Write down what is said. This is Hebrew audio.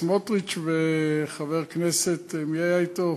סמוטריץ וחבר הכנסת, מי היה אתו?